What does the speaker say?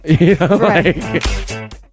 Right